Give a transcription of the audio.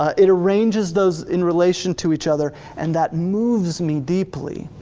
ah it arranges those in relation to each other and that moves me deeply.